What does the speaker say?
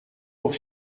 pour